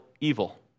evil